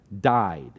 died